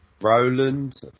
Roland